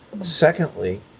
secondly